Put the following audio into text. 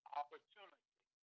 opportunity